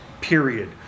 period